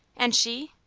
and she?